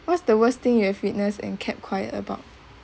what's the worst thing you have witness and kept quiet about